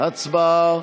הצבעה.